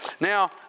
Now